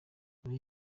muri